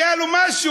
היה לו משהו.